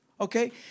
Okay